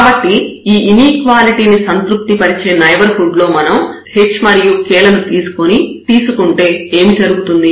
కాబట్టి ఈ ఇనీక్వాలిటీ ని సంతృప్తి పరిచే నైబర్హుడ్ లో మనం h మరియు k లను తీసుకుంటే ఏమి జరుగుతుంది